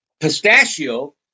pistachio